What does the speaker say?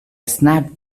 snapped